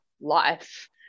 life